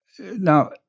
Now